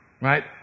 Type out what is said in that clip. Right